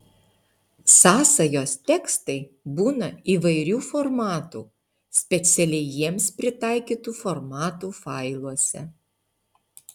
sąsajos tekstai būna įvairių formatų specialiai jiems pritaikytų formatų failuose